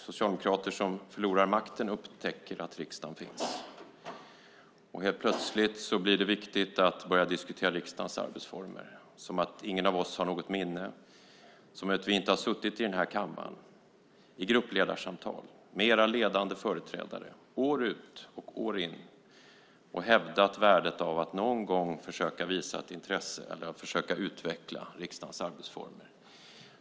Socialdemokrater som förlorar makten upptäcker att riksdagen finns. Helt plötsligt blir det viktigt att börja diskutera riksdagens arbetsformer. Det är som om ingen av oss har något minne, som att vi inte har suttit i den här kammaren, i gruppledarsamtal med era ledande företrädare, år ut och år in och hävdat värdet av att någon gång försöka visa ett intresse eller försöka utveckla riksdagens arbetsformer.